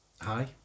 Hi